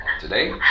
today